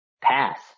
pass